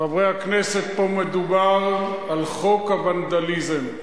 חברי הכנסת, פה מדובר על חוק הוונדליזם.